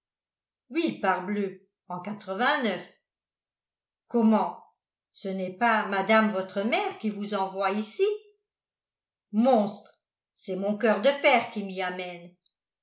oui parbleu en comment ce n'est pas mme votre mère qui vous envoie ici monstre c'est mon coeur de père qui m'y amène